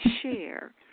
share